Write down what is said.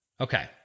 Okay